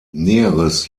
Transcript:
näheres